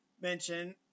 mention